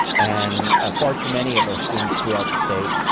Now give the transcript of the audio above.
and far too many of our students throughout the state,